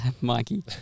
Mikey